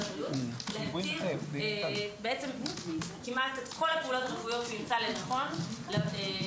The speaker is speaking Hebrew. הבריאות להתיר כמעט את כל הפעולות הרפואיות שימצא לנכון לעשות